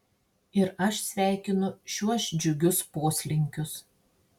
ir aš sveikinu šiuos džiugius poslinkius